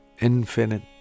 Infinite